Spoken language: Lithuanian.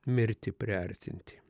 mirtį priartinti